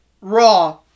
Raw